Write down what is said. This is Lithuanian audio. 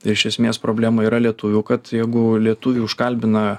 ir iš esmės problema yra lietuvių kad jeigu lietuvį užkalbina